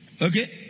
Okay